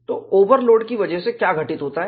तो ओवरलोड की वजह से क्या घटित होता है